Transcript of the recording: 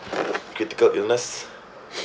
critical illness